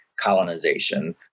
colonization